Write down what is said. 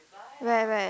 right right